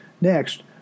Next